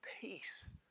peace